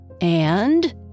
And